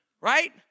Right